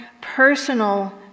personal